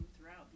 throughout